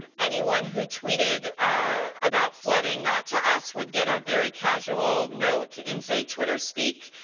and anyone who tweeted about flooding not to us would get a very casual note in, say, twitter speak,